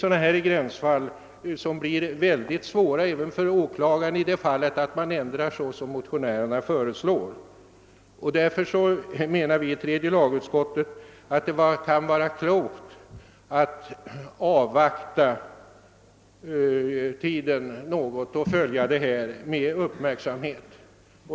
Sådana här gränsfall kommer att uppstå även om lagen ändras enligt motionärernas förslag. Tredje lagutskottet anser det därför vara klokt att avvakta något och följa utvecklingen med uppmärksamhet.